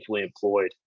employed